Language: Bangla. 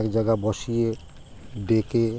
এক জায়গায় বসিয়ে ডেকে